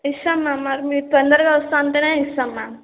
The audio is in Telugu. ఇస్తాం మ్యామ్ మరి తొందరగా వస్తాను అంటే ఇస్తాం మ్యామ్